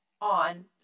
on